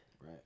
right